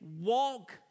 walk